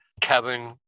Kevin